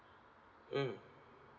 mm